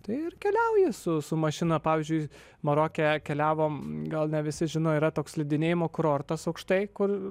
tai ir keliauji su su mašina pavyzdžiui maroke keliavom gal ne visi žino yra toks slidinėjimo kurortas aukštai kur